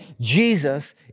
Jesus